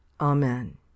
Amen